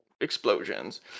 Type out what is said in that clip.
Explosions